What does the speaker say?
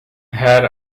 had